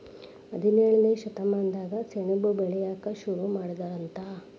ಹದಿನೇಳನೇ ಶತಮಾನದಾಗ ಸೆಣಬ ಬೆಳಿಯಾಕ ಸುರು ಮಾಡಿದರಂತ